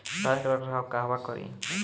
धान के रख रखाव कहवा करी?